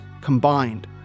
combined